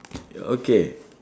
okay